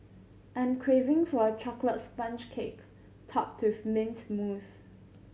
I'm craving for a chocolate sponge cake topped with mint mousse